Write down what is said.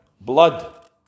blood